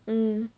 mm